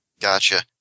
Gotcha